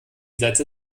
sätze